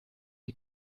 die